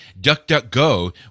DuckDuckGo